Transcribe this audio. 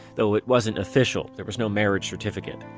so it wasn't official, there was no marriage certificate.